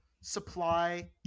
supply